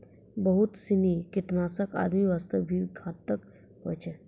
बहुत सीनी कीटनाशक आदमी वास्तॅ भी घातक होय छै